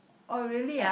oh really ah